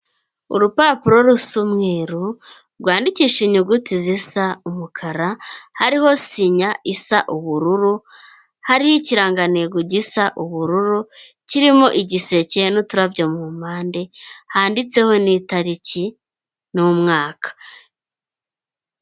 Urupapuro rusa umweru rwandikisha inyuguti zisa umukara, hariho sinya isa ubururu, hariho ikirangantego gisa ubururu, kirimo igiseke n'uturabyo mu mpande, handitseho n'itariki n'umwaka.